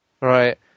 Right